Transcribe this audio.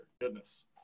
goodness